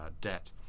debt